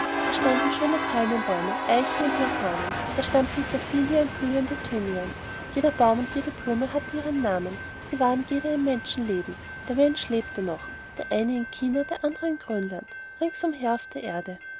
da standen schöne palmenbäume eichen und platanen da stand petersilie und blühender thymian jeder baum und jede blume hatte ihren namen sie waren jeder ein menschenleben der mensch lebte noch der eine in china der andere in grönland ringsumher auf der erde